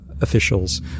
officials